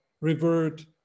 revert